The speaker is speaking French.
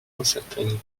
incertaines